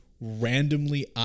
randomly